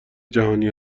جهانی